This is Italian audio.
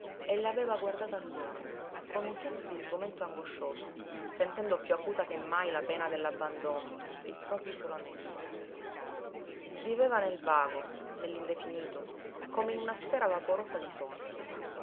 e l'aveva guardata a lungo con un senso di sgomento angoscioso sentendo piú acuta che mai la pena dell'abbandono il proprio isolamento viveva nel vago nell'indefinito come in una sfera vaporosa di sogni